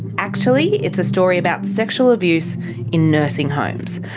actually, it's a story about sexual abuse in nursing homes.